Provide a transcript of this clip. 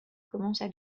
commencent